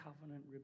covenant